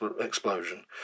explosion